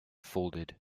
folded